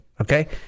okay